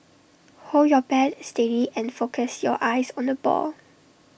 hold your bat steady and focus your eyes on the ball